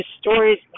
stories